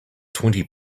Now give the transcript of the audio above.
twenty